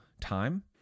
time